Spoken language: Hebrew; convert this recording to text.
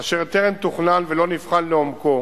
אשר טרם תוכנן ולא נבחן לעומקו,